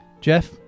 Jeff